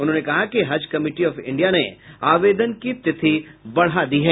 उन्होंने कहा कि हज कमिटी आफ इंडिया ने आवेदन की तिथि बढ़ा दी है